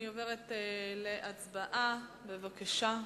אני עוברת להצבעה, בבקשה.